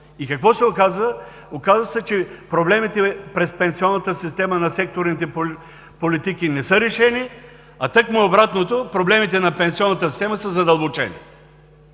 и какво се оказва? Оказва се, че проблемите през пенсионната система на секторните политики не са решени, а тъкмо обратното – проблемите на пенсионната система са задълбочени.